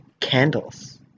candles